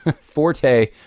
forte